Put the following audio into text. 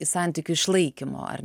į santykių išlaikymo ar